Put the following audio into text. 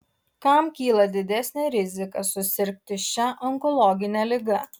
kam kyla didesnė rizika susirgti šia onkologine liga